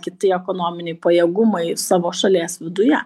kiti ekonominiai pajėgumai savo šalies viduje